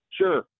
Sure